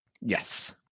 Yes